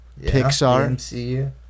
Pixar